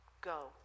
go